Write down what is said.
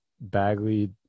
Bagley